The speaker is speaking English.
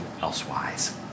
elsewise